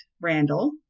Randall